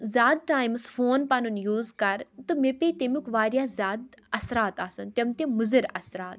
زیادٕ ٹایمَس فوٗن پَنُن یوٗز کَرٕ تہٕ مےٚ پیٚیہِ تمیُک واریاہ زیادٕ اَثرات آسَن تِم تہِ مُضِر اَثرات